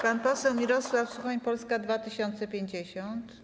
Pan poseł Mirosław Suchoń, Polska 2050.